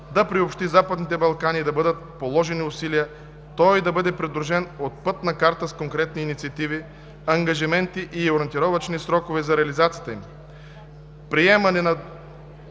да приобщи Западните Балкани и да бъдат положени усилия той да бъде придружен от Пътна карта с конкретни инициативи, ангажименти и ориентировъчни срокове за реализацията им; приемане на